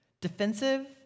Defensive